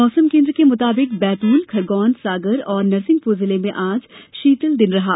मौसम केन्द्र के मुताबिक बैतूल खरगोन सागर और नरसिंहपुर में आज शीतल दिन रहा